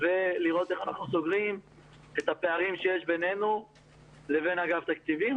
ולראות איך אנחנו סוגרים את הפערים שיש בינינו לבין אגף תקציבים.